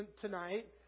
tonight